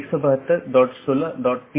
हालांकि हर संदेश को भेजने की आवश्यकता नहीं है